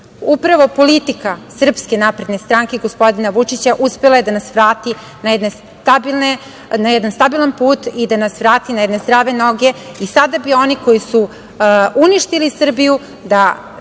upravo politika SNS, gospodina Vučića uspela je da nas vrati na jedan stabilan put i da nas vrati na jedne zdrave noge i sada bi oni koji su uništili Srbiju da